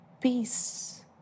peace